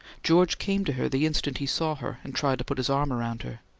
george came to her the instant he saw her and tried to put his arm around her.